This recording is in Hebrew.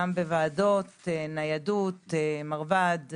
גם בוועדות, ניידות, מרב"ד,